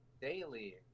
daily